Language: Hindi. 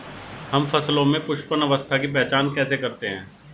हम फसलों में पुष्पन अवस्था की पहचान कैसे करते हैं?